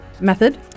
method